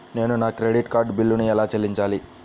నేను నా credit card బిల్లును ఎలా చెల్లించాలీ?